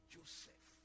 Joseph